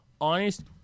honest